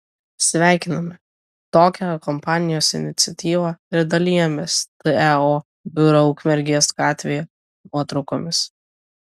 sveikiname tokią kompanijos iniciatyvą ir dalijamės teo biuro ukmergės gatvėje nuotraukomis